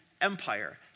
Empire